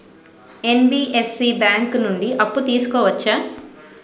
NBFC bank నుండి అప్పు తీసుకోవచ్చా?